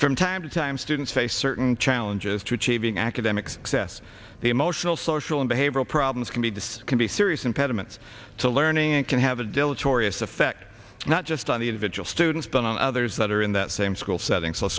from time to time students face certain challenges to achieving academic success the emotional social and behavioral problems can be disk and serious impediments to learning and can have a dilatory effect not just on the individual students than on others that are in that same school setting so